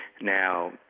Now